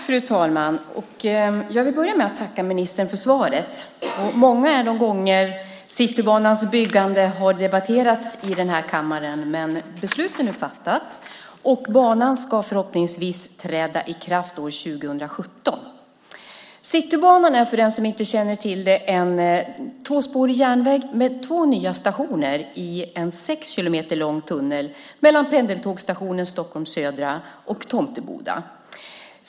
Fru talman! Jag börjar med att tacka ministern för svaret. Citybanans byggande har debatterats många gånger i denna kammare. Men beslut är nu fattat, och banan ska förhoppningsvis träda i kraft år 2017. Citybanan är, för den som inte känner till det, en tvåspårig järnväg med två nya stationer i en sex kilometer lång tunnel mellan pendeltågsstationen Stockholms Södra och Tomteboda.